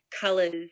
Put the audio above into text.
Colors